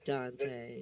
Dante